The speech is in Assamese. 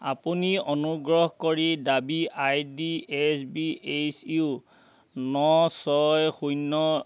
আপুনি অনুগ্ৰহ কৰি দাবী ID S B H U ন ছয় শূন্য